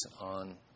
on